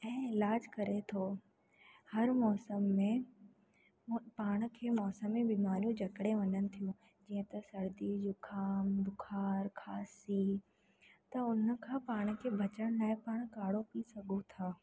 ऐं इलाजु करे थो हर मौसम में पाण खे मौसम में बीमारियूं जकड़े वञनि थियूं जीअं त सर्दी ज़ुकामु बुख़ारु खांसी त उन खां पाण खे बचण लाइ पाण काढ़ो पी सघूं था